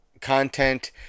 content